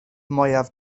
mwyaf